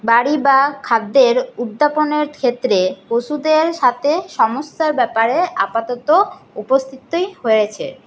বাড়ি বা খাদ্যের উদ্দাপনের ক্ষেত্রে ওষুধের সাথে সমস্যার ব্যাপারে আপাতত উপস্থিতি হয়েছে